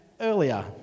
earlier